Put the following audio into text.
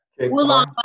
Wulong